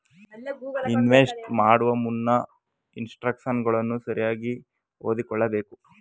invest ಮಾಡುವ ಮುನ್ನ ಇನ್ಸ್ಟ್ರಕ್ಷನ್ಗಳನ್ನು ಸರಿಯಾಗಿ ಓದಿಕೊಳ್ಳಬೇಕು